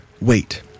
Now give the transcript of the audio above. wait